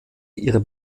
ihrer